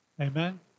Amen